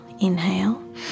Inhale